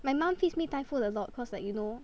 my mum feeds me Thai food a lot cause like you know